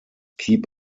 keep